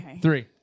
three